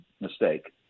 mistake